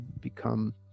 become